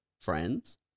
Friends